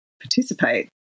participate